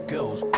Girls